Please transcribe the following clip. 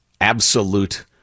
absolute